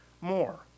more